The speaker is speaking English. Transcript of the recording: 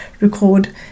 record